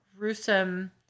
Gruesome